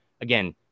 Again